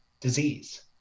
disease